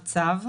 בצו,